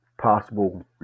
possible